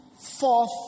fourth